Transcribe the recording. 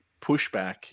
pushback